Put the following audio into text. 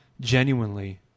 genuinely